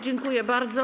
Dziękuję bardzo.